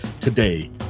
today